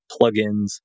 plugins